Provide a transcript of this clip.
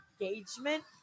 Engagement